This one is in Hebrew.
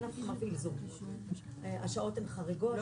אני כל